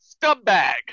scumbag